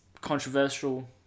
controversial